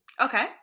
Okay